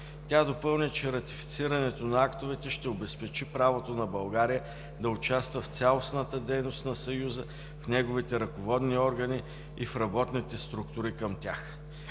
Тя допълни, че ратифицирането на актовете ще обезпечи правото на България да участва в цялостната дейност на Съюза, в неговите ръководни органи и в работните структури към тях.